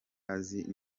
azi